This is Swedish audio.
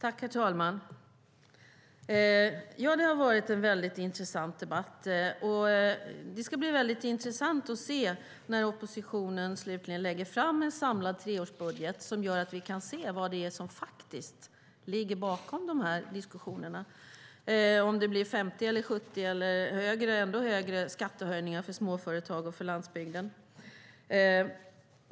Herr talman! Det har varit en intressant debatt. Det ska också bli intressant att se när oppositionen slutligen lägger fram en samlad treårsbudget som gör att vi kan se vad som faktiskt ligger bakom diskussionerna - om det blir 50, 70 eller ännu högre skattehöjningar för småföretag och landsbygd.